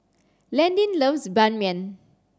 Landin loves Ban Mian